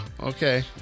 Okay